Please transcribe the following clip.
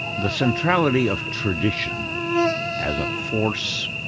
the centrality of tradition as a force,